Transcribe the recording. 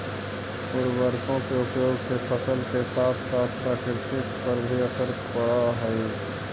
उर्वरकों के उपयोग से फसल के साथ साथ प्रकृति पर भी असर पड़अ हई